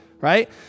right